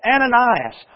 Ananias